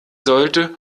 sollte